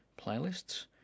playlists